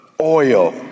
oil